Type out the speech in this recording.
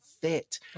fit